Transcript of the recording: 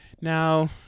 Now